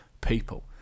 people